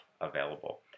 available